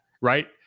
right